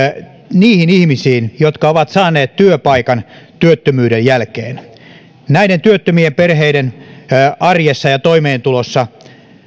niihin ihmisiin jotka ovat saaneet työpaikan työttömyyden jälkeen näiden työttömien perheiden arjessa ja toimeentulossa